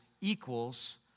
equals